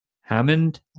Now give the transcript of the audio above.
Hammond